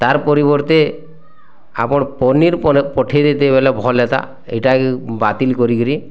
ତାର ପରିବର୍ତ୍ତେ ଆପଣ ପନିର୍ ପଠେଇ ଦେଇ ତେ ଗଲେ ଭଲ୍ ହେନ୍ତା ଏଇଟା ବାତିଲ୍ କରିକିରି